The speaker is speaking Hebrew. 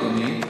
אדוני,